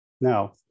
Now